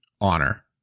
honor